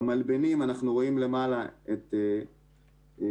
במלבנים אנחנו רואים למעלה את תוחלת